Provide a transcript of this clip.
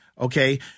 Okay